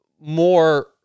more